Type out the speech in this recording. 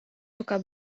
suka